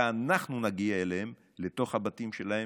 אלא אנחנו נגיע אליהם, לתוך הבתים שלהם,